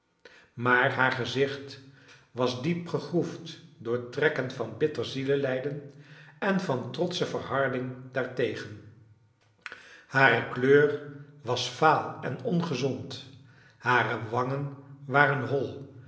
maar haar gezicht was diep gegroefd door trekken van bitter zielelijden en van trotsche verharding daartegen hare kleur was vaal en ongezond hare wangen waren hol